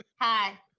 hi